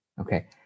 Okay